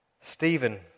Stephen